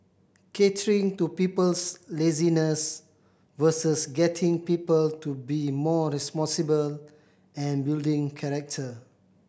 catering to people's laziness versus getting people to be more responsible and building character